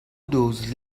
doors